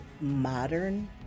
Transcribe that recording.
modern